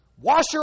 Washer